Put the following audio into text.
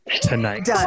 tonight